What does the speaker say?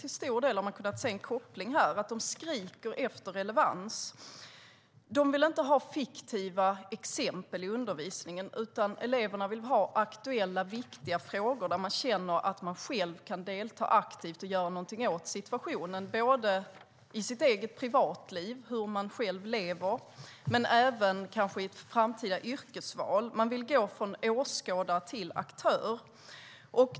Till stor del har man kunnat se en koppling här: Eleverna skriker efter relevans. De vill inte ha fiktiva exempel i undervisningen utan aktuella, viktiga frågor där de känner att de själva kan delta aktivt och göra någonting åt situationen, både i sitt eget privatliv - hur de själva lever - och i ett framtida yrkesval. De vill gå från åskådare till aktör.